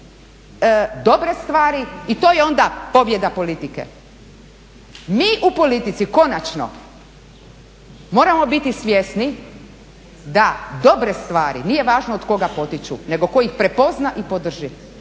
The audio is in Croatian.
dobre stvari i to je onda pobjeda politike. Mi u politici konačno moramo biti svjesni da dobre stvari nije važno od koga potiču, nego tko ih prepozna i podrži.